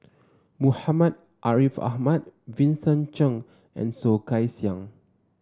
Muhammad Ariff Ahmad Vincent Cheng and Soh Kay Siang